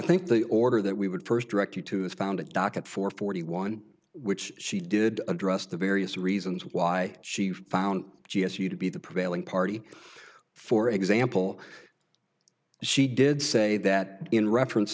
think the order that we would first direct you to is found docket for forty one which she did address the various reasons why she found she has you to be the prevailing party for example she did say that in reference